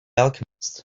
alchemist